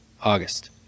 August